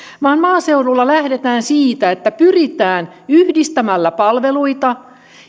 vaan maaseudulla lähdetään siitä että pyritään yhdistämällä palveluita